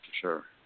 Sure